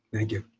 thank you.